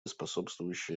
способствующие